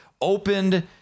opened